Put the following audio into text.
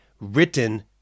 written